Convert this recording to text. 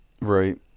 right